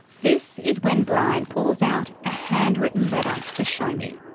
this is when brian pulls out a handwritten letter to show me.